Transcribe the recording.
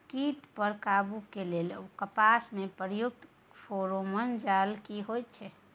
कीट पर काबू के लेल कपास में प्रयुक्त फेरोमोन जाल की होयत छै?